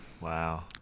Wow